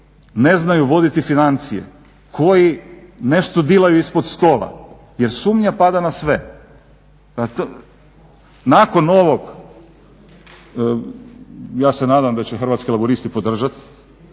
ne znaju voditi financije, koji nešto dilaju ispod stola jer sumnja pada na sve. Nakon ovog ja se nadam da će Hrvatski laburisti podržat